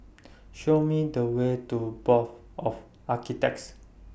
Show Me The Way to Board of Architects